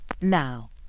Now